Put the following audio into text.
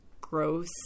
gross